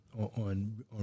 on